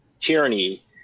tyranny